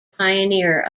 pioneer